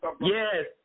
Yes